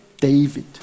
David